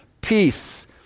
peace